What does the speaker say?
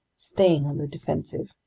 staying on the defensive.